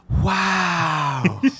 wow